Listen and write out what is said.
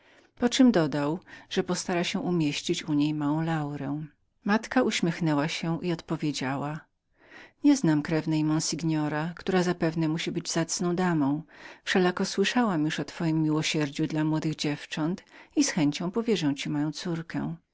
poczem dodał że postara się umieścić u niej małą laurę matka uśmiechnęła się i odpowiedziała nieznam krewnej pańskiej która zapewne musi być zacną damą wszelako słyszałam już o pana dobroczynności i z chęcią powierzam mu moją córkę